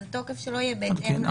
התוקף שלו יהיה בהתאם.